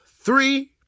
three